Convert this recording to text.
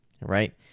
right